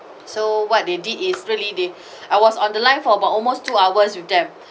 so what they did is really they I was on the line for about almost two hours with them